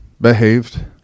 behaved